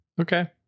Okay